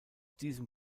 diesem